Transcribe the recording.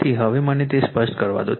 તેથી હવે મને તે સ્પષ્ટ કરવા દો